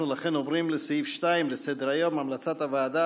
אנחנו לכן עוברים לסעיף 2 בסדר-היום: המלצת הוועדה